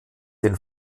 den